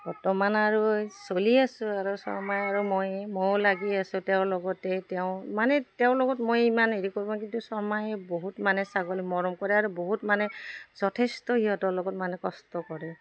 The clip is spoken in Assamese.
বৰ্তমান আৰু চলি আছোঁ আৰু শৰ্মাই আৰু মই ময়ো লাগি আছোঁ তেওঁৰ লগতে তেওঁ মানে তেওঁৰ লগত মই ইমান হেৰি কৰিব কিন্তু শৰ্মাইে বহুত মানে ছাগলী মৰম কৰে আৰু বহুত মানে যথেষ্ট সিহঁতৰ লগত মানে কষ্ট কৰে